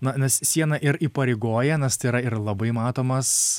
na nes siena ir įpareigoja nes tai yra ir labai matomas